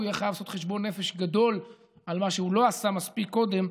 יהיה חייב לעשות חשבון נפש גדול על מה שהוא לא עשה מספיק קודם,